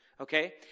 Okay